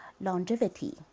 longevity